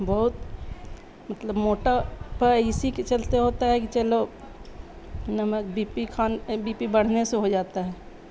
بہت مطلب موٹاپا اس کے چلتے ہوتا ہے کہ چلو نمک بی پی کھان بی پی بڑھنے سے ہو جاتا ہے